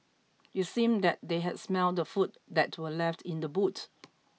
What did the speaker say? it seemed that they had smelt the food that were left in the boot